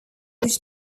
which